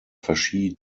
verschieden